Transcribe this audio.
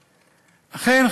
אכן,